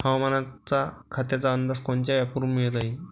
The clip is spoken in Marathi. हवामान खात्याचा अंदाज कोनच्या ॲपवरुन मिळवता येईन?